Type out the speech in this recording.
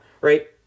right